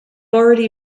already